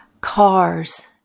cars